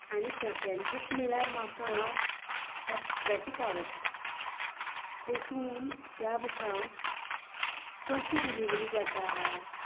आनी second book म्हळ्यार म्हाका ओबस्ट्रेटीक आवडटा तेतूत त्या बुकांक कशी डिलीवरी जाता